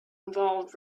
involved